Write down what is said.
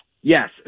Yes